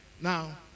now